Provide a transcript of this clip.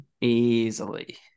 Easily